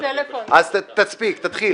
תתחיל.